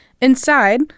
Inside